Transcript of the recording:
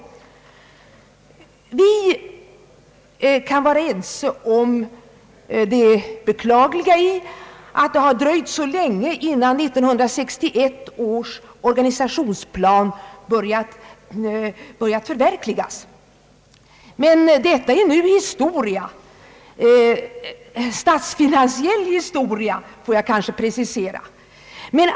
Vi kan vara ense om det beklagliga i att det dröjt så länge innan 1961 års organisationsplan börjar förverkligas. Men detta är nu historia — statsfinansiell historia får jag kanske precisera det.